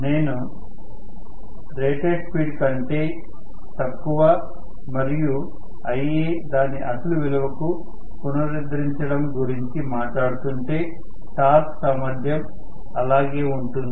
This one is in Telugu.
నేను రేటెడ్ స్పీడ్ కంటే తక్కువ మరియు Iaదాని అసలు విలువకు పునరుద్ధరించడం గురించి మాట్లాడుతుంటే టార్క్ సామర్ధ్యం అలాగే ఉంటుంది